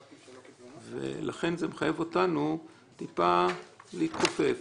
לכן, זה מחייב אותנו טיפה להתכופף.